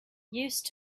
used